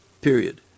period